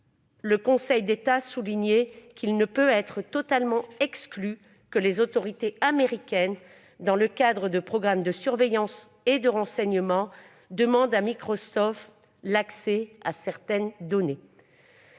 le Conseil d'État soulignait « qu'il ne peut être totalement exclu que les autorités américaines, dans le cadre de programmes de surveillance et de renseignement, demandent à Microsoft [...] l'accès à certaines données